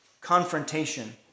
confrontation